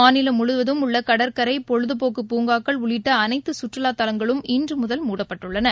மாநிலம் முழுவதும் உள்ளகடற்கரை பொழுதுபோக்கு பூங்காக்கள் உள்ளிட்டஅனைத்துகற்றுவாத் தலங்களும் இன்றுமுதல் மூடப்பட்டுள்ளன